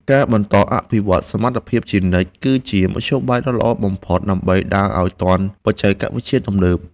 ការបន្តអភិវឌ្ឍសមត្ថភាពជានិច្ចគឺជាមធ្យោបាយដ៏ល្អបំផុតដើម្បីដើរឱ្យទាន់បច្ចេកវិទ្យាទំនើប។